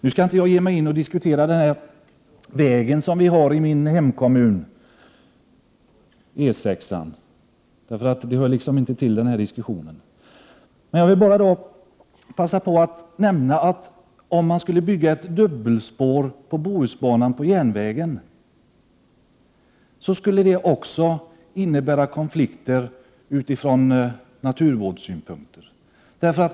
Nu skall jag inte diskutera vägen E 6 i min hemkommun, för det hör inte till den här diskussionen. Jag vill bara passa på att nämna att om man skulle bygga ett dubbelspår på Bohusbanan, skulle det också innebära konflikter från naturvårdssynpunkt.